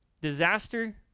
Disaster